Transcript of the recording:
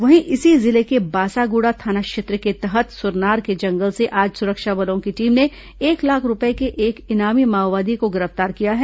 वहीं इसी जिले के बासागुड़ा थाना क्षेत्र के तहत सुरनार के जंगल से आज सुरक्षा बलों की टीम ने एक लाख रूपए के एक इनामी माओवादी को गिरफ्तार किया है